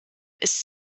ist